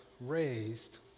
raised